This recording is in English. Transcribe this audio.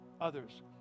others